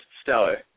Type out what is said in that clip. stellar